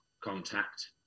contact